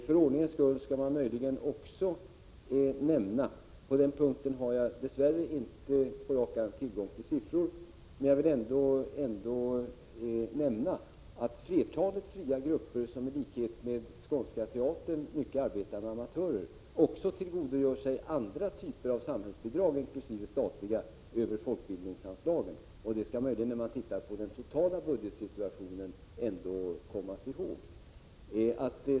För ordningens skull skall jag också nämna — på denna punkt har jag dess värre inte på rak arm tillgång till några siffror — att flertalet fria grupper som i likhet med Skånska teatern arbetar mycket med amatörer också tillgodogör sig andra typer av samhällsbidrag, inkl. statliga, genom folkbildningsanslagen. Detta skall man komma ihåg när man tittar på den totala budgetsituationen.